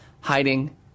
hiding